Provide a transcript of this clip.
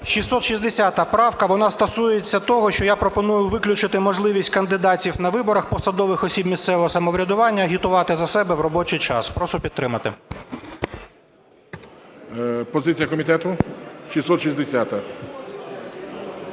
660 правка, вона стосується того, що я пропоную виключити можливість кандидатів на виборах посадових осіб місцевого самоврядування агітувати за себе в робочій час. Прошу підтримати. Веде засідання Перший